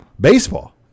Baseball